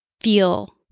feel